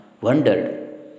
wondered